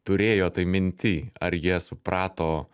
turėjo tai minty ar jie suprato